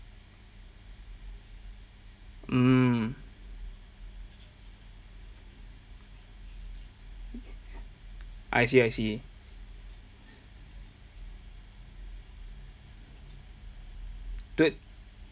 mm I see I see do~